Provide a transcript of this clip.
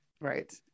right